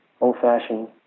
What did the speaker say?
old-fashioned